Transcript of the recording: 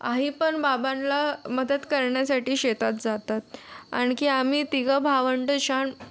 आई पण बाबांना मदत करण्यासाठी शेतात जातात आणखी आम्ही तिघं भावंडं छान